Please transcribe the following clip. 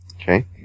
Okay